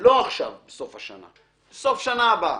לא עכשיו בסוף השנה, אלא בסוף השנה הבאה,